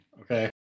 okay